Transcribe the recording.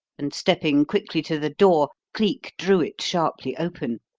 and, stepping quickly to the door, cleek drew it sharply open.